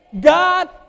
God